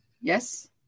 Yes